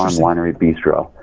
winery bistro.